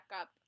up